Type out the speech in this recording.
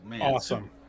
awesome